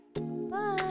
Bye